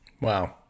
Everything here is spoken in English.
Wow